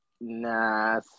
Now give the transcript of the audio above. nah